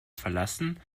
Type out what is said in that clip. verlassen